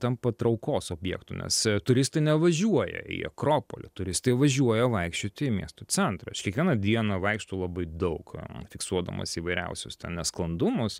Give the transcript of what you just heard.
tampa traukos objektu nes turistai nevažiuoja į akropolį turistai važiuoja vaikščioti į miesto centrą aš kiekvieną dieną vaikštau labai daug a fiksuodamas įvairiausius nesklandumus